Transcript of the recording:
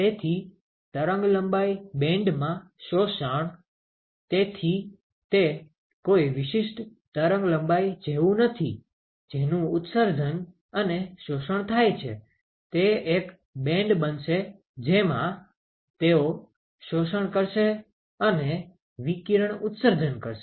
તેથી તરંગલંબાઇ બેન્ડમાં શોષણ તેથી તે કોઈ વિશિષ્ટ તરંગલંબાઇ જેવું નથી જેનું ઉત્સર્જન અને શોષણ થાય છે તે એક બેન્ડ બનશે જેમાં તેઓ શોષણ કરશે અને વિકિરણ ઉત્સર્જન કરશે